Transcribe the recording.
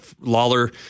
Lawler